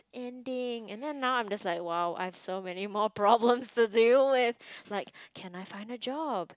ending and then now I'm like !wow! I have so many more problems to deal with like can I find a job